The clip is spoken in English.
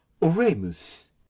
oremus